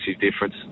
difference